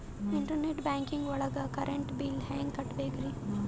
Internet banking ಒಳಗ್ current bill ಹೆಂಗ್ ಕಟ್ಟ್ ಬೇಕ್ರಿ?